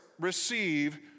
receive